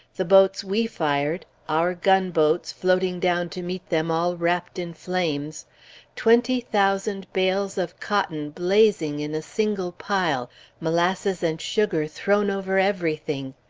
the boats we fired, our gunboats, floating down to meet them all wrapped in flames twenty thousand bales of cotton blazing in a single pile molasses and sugar thrown over everything.